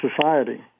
Society